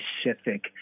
specific